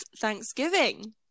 Thanksgiving